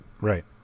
Right